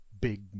big